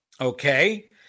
Okay